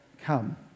come